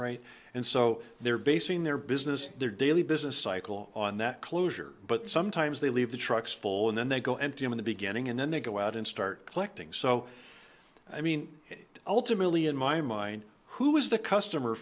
right and so they're basing their business their daily business cycle on that closure but sometimes they leave the trucks full and then they go empty in the beginning and then they go out and start plec ting so i mean ultimately in my mind who is the customer